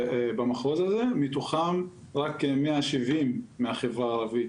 במחוז הזה, מתוכם רק 170 מהחברה הערבית.